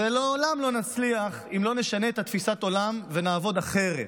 לעולם לא נצליח אם לא נשנה את תפיסת העולם ונעבוד אחרת.